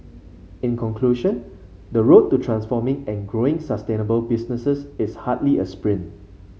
in conclusion the road to transforming and growing sustainable businesses is hardly a sprint